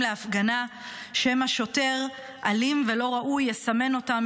להפגנה שמא שוטר אלים ולא ראוי יסמן אותם,